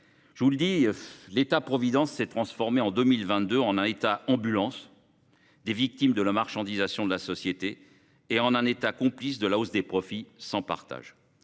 des marchés. L’État providence s’est transformé en 2022 en un État ambulance des victimes de la marchandisation de la société et en un État complice de la hausse des profits sans partage